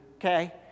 Okay